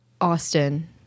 Austin